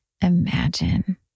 imagine